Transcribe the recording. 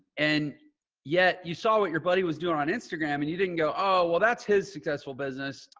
and yet you saw what your buddy was doing on instagram and you didn't go, oh, well, that's his successful business.